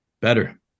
Better